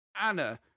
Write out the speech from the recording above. Anna